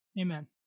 Amen